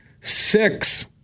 Six